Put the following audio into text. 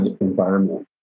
environment